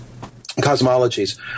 cosmologies